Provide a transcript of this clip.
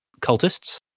cultists